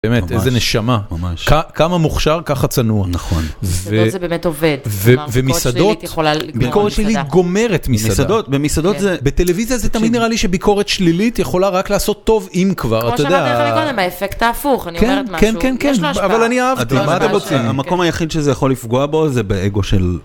באמת, איזה נשמה, כמה מוכשר, ככה צנוע, ומסעדות, ביקורת שלילית גומרת מסעדות, במסעדות זה, בטלוויזיה זה תמיד נראה לי שביקורת שלילית יכולה רק לעשות טוב אם כבר, אתה יודע. כמו שאמרתי לך קודם, האפקט ההפוך, אני אומרת משהו, יש לה השפעה. אבל אני אהבתי, הדבר הזה, המקום היחיד שזה יכול לפגוע בו זה באגו של...